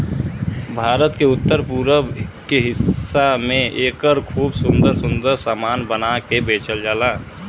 भारत के उत्तर पूरब के हिस्सा में एकर खूब सुंदर सुंदर सामान बना के बेचल जाला